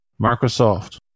Microsoft